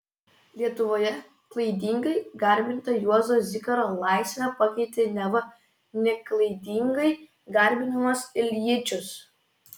lietuvoje klaidingai garbintą juozo zikaro laisvę pakeitė neva neklaidingai garbinamas iljičius